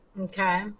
Okay